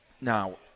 Now